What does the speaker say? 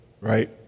right